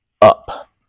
up